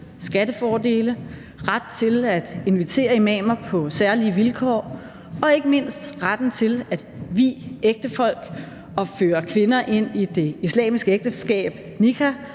skattefordele, ret til at invitere imamer på særlige vilkår og ikke mindst retten til at vie ægtefolk og føre kvinder ind i det islamiske ægteskab, nikah,